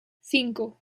cinco